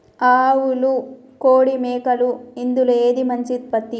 ఆవులు కోడి మేకలు ఇందులో ఏది మంచి ఉత్పత్తి?